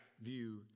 view